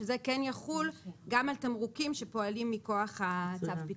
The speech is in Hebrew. שזה כן ייחול גם על תמרוקים שפועלים מכוח צו הפיקוח.